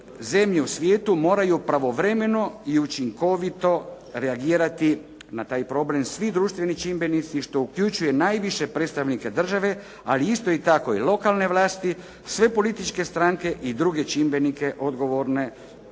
zemlje u svijetu moraju pravovremeno i učinkovito reagirati na problem svi društveni čimbenici što uključuje najviše predstavnike države ali isto tako i lokalne vlasti, sve političke stranke i druge čimbenike odgovorne